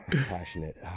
Passionate